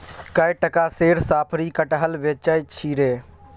कए टका सेर साफरी कटहर बेचय छी रे